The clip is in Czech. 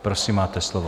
Prosím, máte slovo.